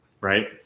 right